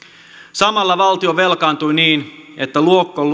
samalla valtio velkaantui niin että